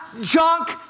junk